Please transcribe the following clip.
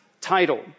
title